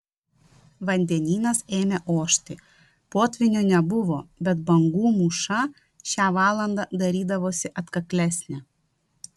vandenynas ėmė ošti potvynio nebuvo bet bangų mūša šią valandą darydavosi atkaklesnė